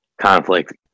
conflict